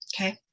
Okay